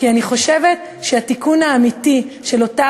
כי אני חושבת שהתיקון האמיתי של אותה